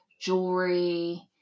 jewelry